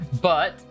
But-